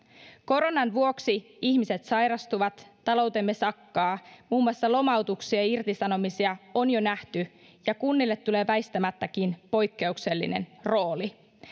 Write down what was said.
koronan vuoksi ihmiset sairastuvat taloutemme sakkaa muun muassa lomautuksia ja irtisanomisia on jo nähty ja kunnille tulee väistämättäkin poikkeuksellinen rooli